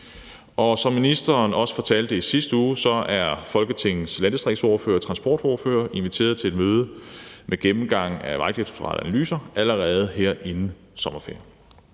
og som ministeren også fortalte i sidste uge, er Folketingets landdistriktsordførere og transportordførere inviteret til et møde, hvor der er en gennemgang af Vejdirektoratets analyser allerede her inden sommerferien